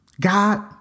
God